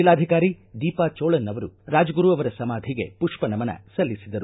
ಜಿಲ್ಲಾಧಿಕಾರಿ ದೀಪಾ ಜೋಳನ್ ಅವರು ರಾಜಗುರು ಅವರ ಸಮಾಧಿಗೆ ಪುಪ್ಪ ನಮನ ಸಲ್ಲಿಸಿದರು